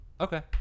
Okay